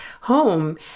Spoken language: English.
home